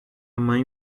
mãe